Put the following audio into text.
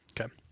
Okay